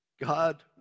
God